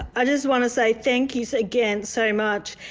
i just want to say thank you, again, so much,